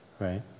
right